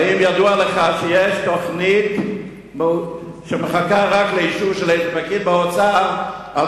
האם ידוע לך שיש תוכנית שמחכה רק לאישור של איזה פקיד באוצר על